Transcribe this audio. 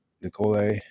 Nicole